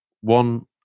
one